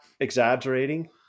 exaggerating